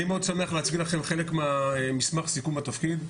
אני רוצה להקריא לכם חלק ממסמך סיכום התפקיד.